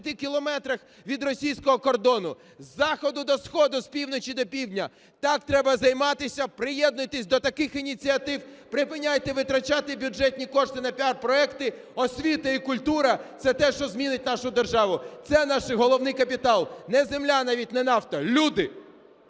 кілометрах від російського кордону. З заходу до сходу, з півночі до півдня – так треба займатися. Приєднуйтеся до таких ініціатив, припиняйте витрачати бюджетні кошти на піар-проекти. Освіта і культура – це те, що змінить нашу державу, це наш головний капітал. Не земля, навіть не нафта. Люди!